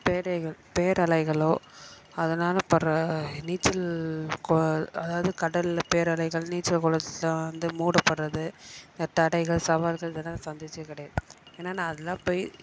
பேடைகள் பேரலைகளோ அதனால் படுற நீச்சல் அதாவது கடலில் பேரலைகள் நீச்சல் குளத்தில் வந்து மூடப்படுறது தடைகள் சவால்கள் இதல்லாம் சந்தித்ததே கிடையாது ஏன்னா நான் அதல்லாம் போய்